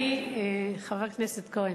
חבר הכנסת כהן,